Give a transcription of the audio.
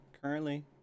currently